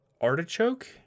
artichoke